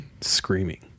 screaming